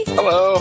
Hello